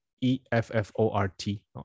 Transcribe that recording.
E-F-F-O-R-T